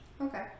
okay